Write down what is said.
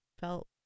felt